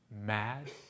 mad